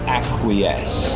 acquiesce